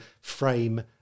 frame